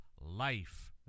life